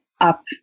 up